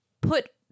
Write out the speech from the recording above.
put